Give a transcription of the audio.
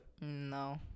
No